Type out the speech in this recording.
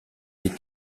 est